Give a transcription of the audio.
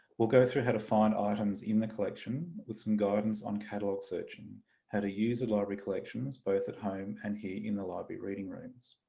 we'll go through how to find items in the collection with some guidance on catalogue searching, how to use the library collections both at home and here in the library reading rooms.